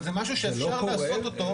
זה משהו שאפשר לעשות אותו --- זה לא קורה?